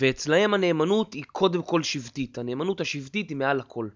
ואצלהם הנאמנות היא קודם כל שבטית, הנאמנות השבטית היא מעל הכל.